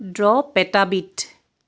draw petabit